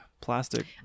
plastic